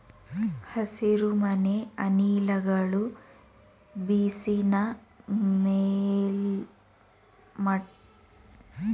ಹಸಿರುಮನೆ ಅನಿಲಗಳು ಬಿಸಿನ ಮೇಲ್ಮೈ ವಾಯುಮಂಡಲ ವ್ಯವಸ್ಥೆಯೊಳಗೆ ಬಂಧಿಸಿಡ್ತವೆ